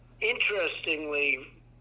interestingly